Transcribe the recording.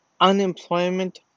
Unemployment